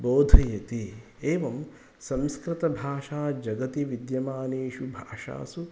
बोधयति एवं संस्कृतभाषा जगति विद्यमानेषु भाषासु